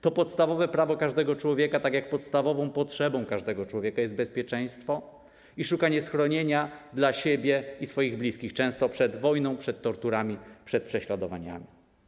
To podstawowe prawo każdego człowieka, tak jak podstawową potrzebą każdego człowieka jest bezpieczeństwo i szukanie schronienia dla siebie i swoich bliskich, często przed wojną, przed torturami, przed prześladowaniami.